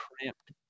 cramped